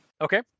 Okay